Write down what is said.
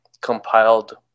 compiled